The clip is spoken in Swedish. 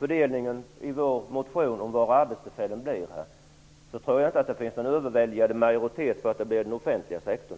vår motion och var vi vill skapa nya arbetstillfällen tror jag inte att det finns någon överväldigande majoritet för att det blir inom den offentliga sektorn.